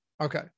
okay